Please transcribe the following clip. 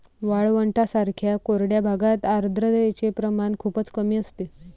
वाळवंटांसारख्या कोरड्या भागात आर्द्रतेचे प्रमाण खूपच कमी असते